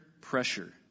pressure